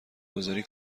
گذاری